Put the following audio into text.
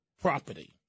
property